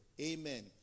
Amen